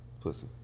pussy